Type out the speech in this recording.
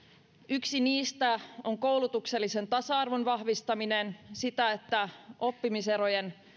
yksi niistä on koulutuksellisen tasa arvon vahvistaminen se että oppimiserojen